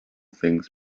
things